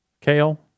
kale